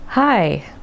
Hi